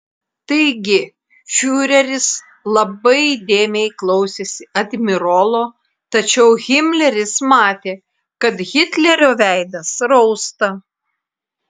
taigi fiureris labai įdėmiai klausėsi admirolo tačiau himleris matė kad hitlerio veidas rausta